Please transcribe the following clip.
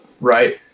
Right